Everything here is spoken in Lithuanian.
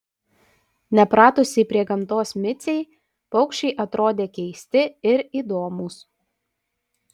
nepratusiai prie gamtos micei paukščiai atrodė keisti ir įdomūs